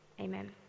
Amen